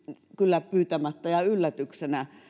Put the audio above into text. kyllä pyytämättä ja yllätyksenä